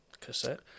cassette